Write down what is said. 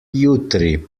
jutri